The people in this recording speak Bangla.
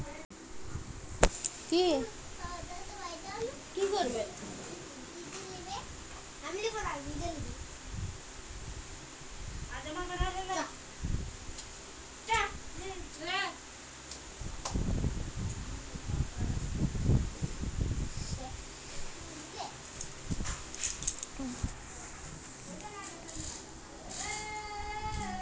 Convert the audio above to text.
চা হারভেস্ট হ্যাতে ক্যরে তুলে হ্যয় যেগুলা চা বাগালে হ্য়য়